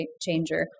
changer